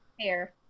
hair